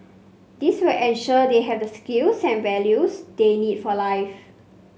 this will ensure they have the skills and values they need for life